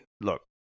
look